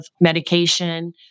medication